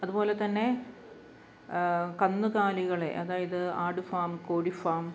അതുപോലെ തന്നെ കന്നുകാലികളെ അതായത് ആട് ഫാം കോഴി ഫാം